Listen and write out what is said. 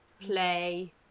play